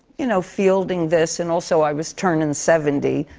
you know, fielding this, and, also, i was turning seventy,